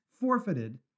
forfeited